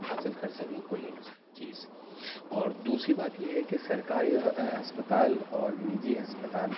حاصل کر سکیں کوئی ایک چیز اور دوسری بات یہ ہے کہ سرکاری ہسپتال اور نجی ہسپتال